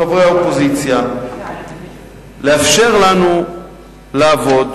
מחברי האופוזיציה לאפשר לנו לעבוד.